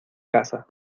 casa